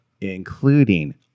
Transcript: including